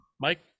Mike